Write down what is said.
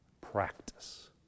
practice